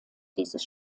dieses